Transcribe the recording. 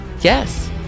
Yes